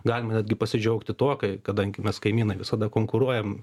galima netgi pasidžiaugti tuo kai kadangi mes kaimynai visada konkuruojam